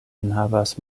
enhavas